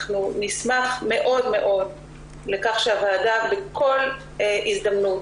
אנחנו נשמח מאוד מאוד לכך שהוועדה בכל הזדמנות,